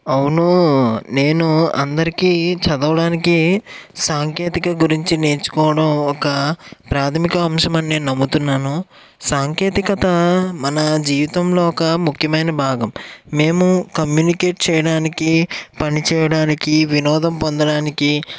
అవునూ నేను అందరికి చదవడానికి సాంకేతిక గురించి నేర్చుకోవడం ఒక ప్రాథమిక అంశమని నేను నమ్ముతున్నాను సాంకేతికత మన జీవితంలో ఒక ముఖ్యమైన భాగం మేము కమ్యూనికేట్ చేయడానికి పనిచేయడానికి వినోదం పొందడానికి